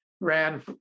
ran